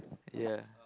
ya